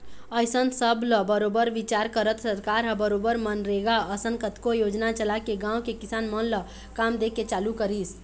अइसन सब ल बरोबर बिचार करत सरकार ह बरोबर मनरेगा असन कतको योजना चलाके गाँव के किसान मन ल काम दे के चालू करिस